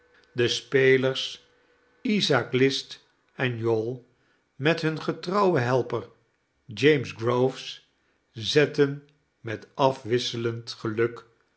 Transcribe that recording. de spelers isaak list en jowl met hun getrouwen helper james groves zetten met afwisselend geluk